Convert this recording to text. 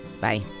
Bye